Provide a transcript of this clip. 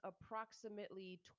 approximately